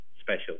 special